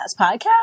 Podcast